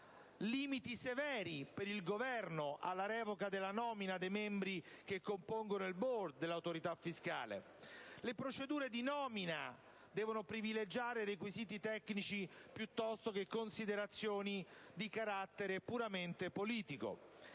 limiti severi per il Governo alla revoca della nomina dei membri che compongono il *board* dell'autorità fiscale. Le procedure di nomina devono privilegiare requisiti tecnici piuttosto che considerazioni di carattere puramente politico.